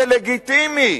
זה לגיטימי.